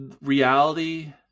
reality